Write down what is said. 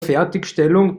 fertigstellung